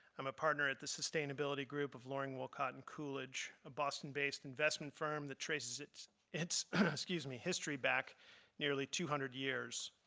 i'm a partner at the sustainability group of loring, wolcott and coolidge, a boston-based investment firm that traces its its excuse me history back nearly two hundred years.